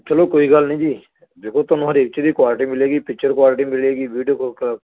ਚਲੋ ਕੋਈ ਗੱਲ ਨਹੀਂ ਜੀ ਦੇਖੋ ਤੁਹਾਨੂੰ ਹਰੇਕ ਚੀਜ਼ ਦੀ ਕੁਆਲਿਟੀ ਮਿਲੇਗੀ ਪਿਕਚਰ ਕੁਆਲਿਟੀ ਮਿਲੇਗੀ ਵੀਡੀਓ ਗ